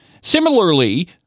Similarly